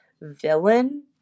villain